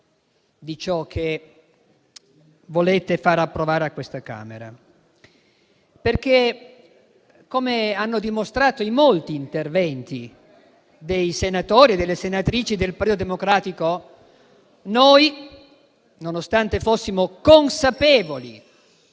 di ciò che volete far approvare a questa Camera. Come hanno dimostrato molti interventi dei senatori e delle senatrici del Partito Democratico, noi, nonostante fossimo consapevoli